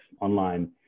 online